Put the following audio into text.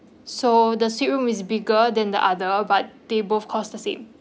so the suite room is bigger than the other but they both costs the same